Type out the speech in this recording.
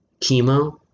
chemo